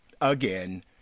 Again